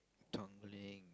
Tanglin